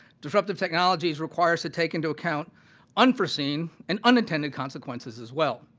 disruptive technologies require us to take into account unforeseen and unintended consequences as well.